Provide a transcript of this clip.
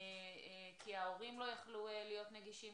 גם כי ההורים לא יכלו להיות נגישים.